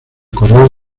correo